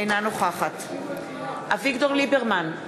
אינה נוכחת אביגדור ליברמן,